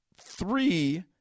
Three